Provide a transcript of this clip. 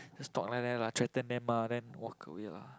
just talk like that lah threaten them then walk away ah